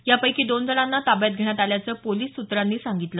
यापैकी दोन जणांना ताब्यात घेण्यात आल्याचं पोलिस सूत्रांनी सांगितलं